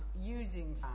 using